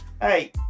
Hey